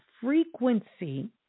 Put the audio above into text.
frequency